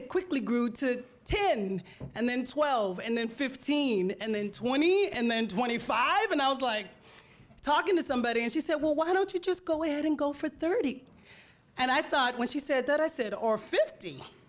it quickly grew to ten and then twelve and then fifteen and then twenty and then twenty five and i was like talking to somebody and she said well why don't you just go ahead and go for thirty and i thought when she said that i said or fifty